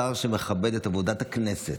השר מכבד את עבודת הכנסת,